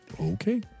Okay